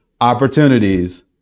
opportunities